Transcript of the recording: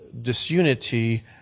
disunity